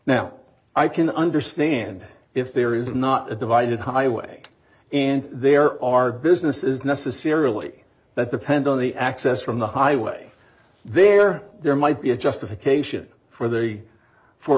now i can understand if there is not a divided highway and there are business is necessarily that depend on the access from the highway there there might be a justification for they for